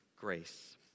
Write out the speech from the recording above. grace